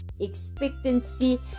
expectancy